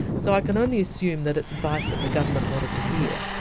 so i can only assume that it's advice that the government wanted to hear.